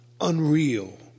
unreal